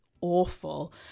awful